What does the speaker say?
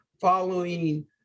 following